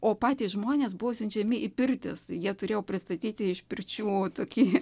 o patys žmonės buvo siunčiami į pirtis jie turėjo pristatyti iš pirčių tokį